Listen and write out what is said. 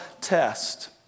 test